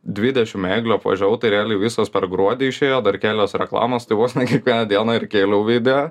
dvidešimt eglių apvažiavau tai realiai jau visos per gruodį išėjo dar kelios reklamos tai vos ne kiekvieną dieną ir kėliau video